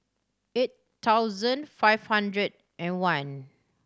eight thousand five hundred and one